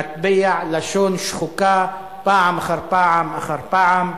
מטבע לשון שחוקה פעם אחר פעם אחר פעם.